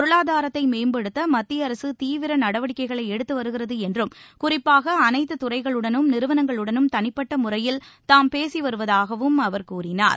பொருளாதாரத்தை மேம்படுத்த மத்திய அரசு தீவிர நடவடிக்கைகளை எடுத்து வருகிறது என்றும் குறிப்பாக அனைத்து துறைகளுடனும் நிறுவனங்களுடனும் தனிப்பட்ட முறையில் தாம் பேசி வருவதாகவும் அவர் கூறினார்